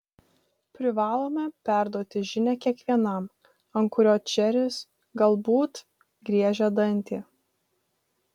privalome perduoti žinią kiekvienam ant kurio džeris galbūt griežia dantį